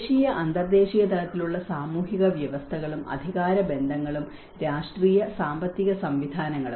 ദേശീയ അന്തർദേശീയ തലത്തിലുള്ള സാമൂഹിക വ്യവസ്ഥകളും അധികാര ബന്ധങ്ങളും രാഷ്ട്രീയ സാമ്പത്തിക സംവിധാനങ്ങളും